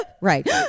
right